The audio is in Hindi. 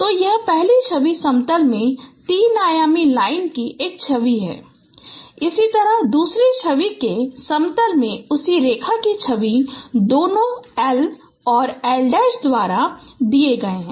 तो यह पहली छवि समतल में 3 आयामी लाइन की एक छवि है इसी तरह दूसरी छवि के समतल में उसी रेखा की छवि दोनों L और L द्वारा दिए गए हैं